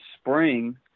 spring